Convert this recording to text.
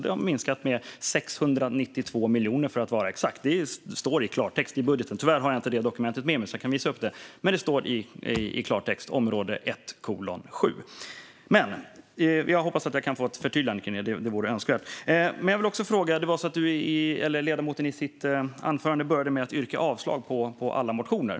Det har minskat med 692 miljoner, för att vara exakt. Det står i klartext i budgeten. Tyvärr har jag inte dokumentet med mig, men det står i klartext under område 1:7. Jag hoppas att jag kan få ett förtydligande kring det, för det vore önskvärt. Ledamoten började i sitt anförande med att yrka avslag på alla motioner.